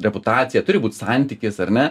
reputacija turi būt santykis ar ne